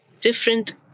different